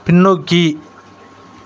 பின்னோக்கி